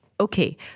Okay